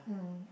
mm